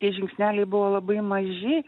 tie žingsneliai buvo labai maži